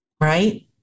right